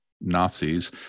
Nazis